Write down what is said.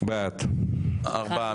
ארבעה.